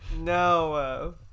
No